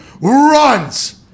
runs